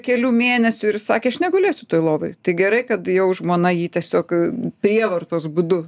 kelių mėnesių ir sakė aš negulėsiu toj lovoj tai gerai kad jau žmona jį tiesiog prievartos būdu